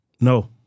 No